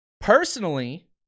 Personally